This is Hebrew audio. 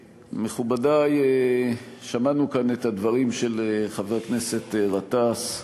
מכובדי, שמענו כאן את הדברים של חבר הכנסת גטאס,